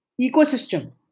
ecosystem